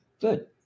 Good